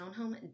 townhome